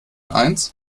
eins